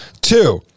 Two